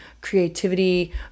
creativity